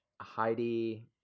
Heidi